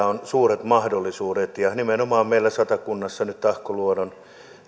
on suuret mahdollisuudet ja nimenomaan meillä satakunnassa nyt tahkoluodon